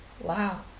wow